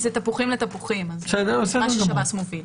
זה מה ששב"ס מוביל.